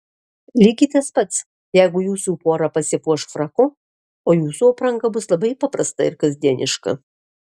lygiai tas pats jeigu jūsų pora pasipuoš fraku o jūsų apranga bus labai paprasta ir kasdieniška